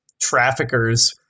traffickers